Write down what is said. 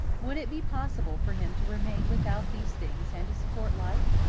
would it be possible for him to remain without these things and to support life?